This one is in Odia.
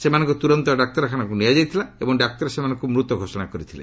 ସେମାନଙ୍କୁ ତୁରନ୍ତ ଡାକ୍ତରଖାନାକୁ ନିଆଯାଇଥିଲା ଏବଂ ଡାକ୍ତର ସେମାନଙ୍କୁ ମୃତ ଘୋଷଣା କରିଥିଲେ